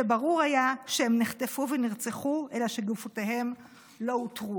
שברור היה שהם נחטפו ונרצחו אלא שגופותיהם לא אותרו,